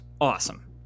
Awesome